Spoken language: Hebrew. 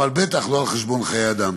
אבל בטח לא על חשבון חיי אדם.